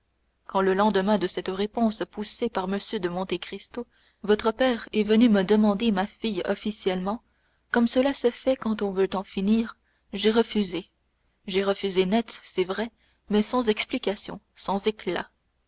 quand le lendemain de cette réponse poussé par m de monte cristo votre père est venu me demander ma fille officiellement comme cela se fait quand on veut en finir j'ai refusé j'ai refusé net c'est vrai mais sans explication sans éclat